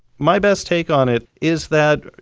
my best take on it is that,